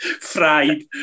fried